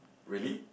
really